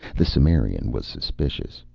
the cimmerian was suspicious.